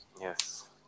Yes